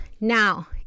Now